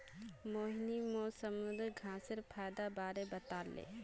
मोहिनी मोक समुंदरी घांसेर फयदार बारे बताले